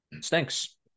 Stinks